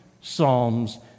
psalms